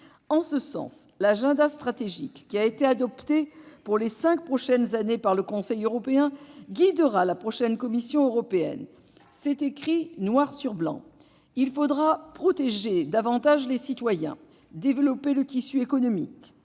En ce sens, l'agenda stratégique qui a été adopté pour les cinq prochaines années par le Conseil européen guidera la prochaine Commission européenne. C'est écrit noir sur blanc : il faudra protéger davantage les citoyens, développer le tissu économique,